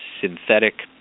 synthetic